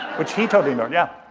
which he totally ignored, yeah.